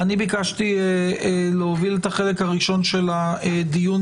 אני ביקשתי להוביל את החלק הראשון של הדיון